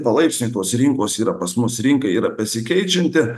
palaipsniui tos rinkos yra pas mus rinka yra besikeičianti